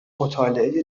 مطالعه